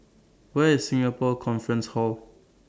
Where IS Singapore Conference Hall